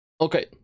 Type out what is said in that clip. Okay